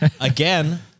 Again